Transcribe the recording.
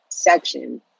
section